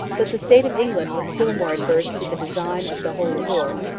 but the state of england was still more adverse to the design of the holy war.